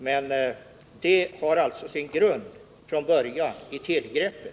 Denna uppsägning har emellertid sin grund i själva tillgreppet.